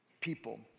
people